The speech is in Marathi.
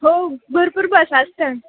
हो भरपूर बस असतात